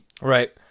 Right